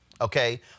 okay